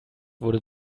wurde